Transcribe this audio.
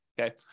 Okay